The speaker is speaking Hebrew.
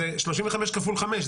זה 35 כפול חמש,